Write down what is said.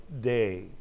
day